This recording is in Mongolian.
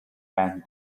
байна